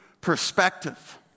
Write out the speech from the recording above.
perspective